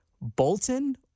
Bolton